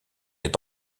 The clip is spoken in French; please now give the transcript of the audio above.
est